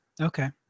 Okay